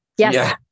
Yes